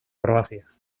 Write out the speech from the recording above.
croacia